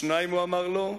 שתיים, הוא אמר לו: